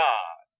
God